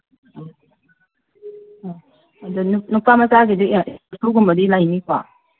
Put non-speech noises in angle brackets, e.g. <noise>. ꯑꯥ ꯑꯥ ꯑꯗ ꯅꯨꯄꯥꯃꯆꯥꯒꯤꯗꯤ <unintelligible> ꯂꯩꯅꯤꯀꯣ